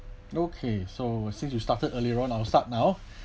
okay so since you started earlier on I will start now